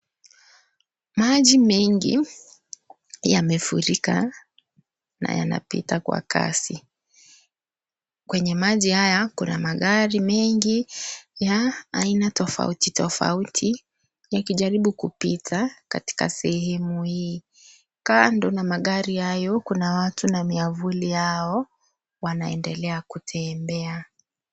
Maji mengi yamefurika, na yanapita kwa kasi. Kwenye maji haya kuna magari mengi, ya aina tofauti tofauti, yakijaribu kupita katika sehemu hii. Kando na magari hayo kuna watu na miavuli yao, wanaendelea kutembea.